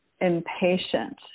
impatient